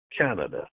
Canada